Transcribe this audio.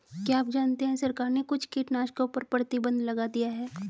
क्या आप जानते है सरकार ने कुछ कीटनाशकों पर प्रतिबंध लगा दिया है?